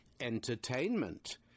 entertainment